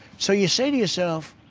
so you say to yourself,